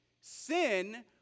Sin